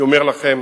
אני אומר לכם,